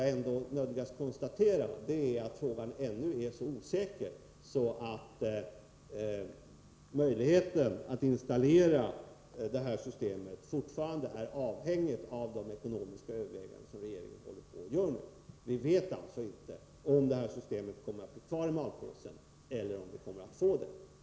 Jag nödgas konstatera att möjligheten att installera systemet fortfarande är avhängig av de ekonomiska överväganden som regeringen nu gör. Vi vet inte om systemet kommer att bli kvar i malpåsen eller om vi kommer att få det installerat.